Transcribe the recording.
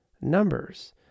numbers